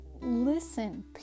listen